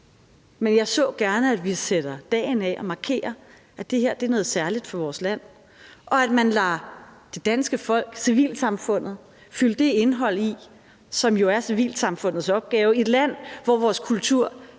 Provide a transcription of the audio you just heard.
men jeg så gerne, at vi sætter dagen af og markerer, at det her er noget særligt for vores land, og at man lader det danske folk, civilsamfundet fylde indhold i det, hvilket jo er civilsamfundets opgave i et land, hvor vores kultur